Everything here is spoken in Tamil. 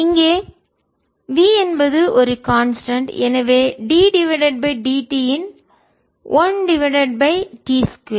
இங்கே v என்பது ஒரு கான்ஸ்டன்ட் எனவே d டிவைடட் பை dt இன் 1 டிவைடட் பை t 2